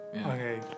Okay